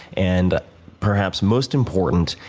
and perhaps, most important,